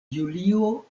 julio